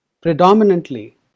predominantly